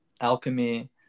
alchemy